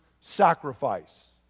sacrifice